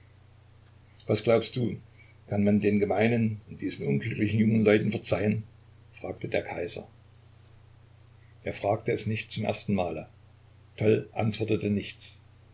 was glaubst du kann man den gemeinen und diesen unglücklichen jungen leuten verzeihen fragte der kaiser er fragte es nicht zum ersten male toll antwortete nichts